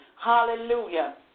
Hallelujah